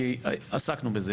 כי עסקנו בזה.